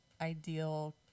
ideal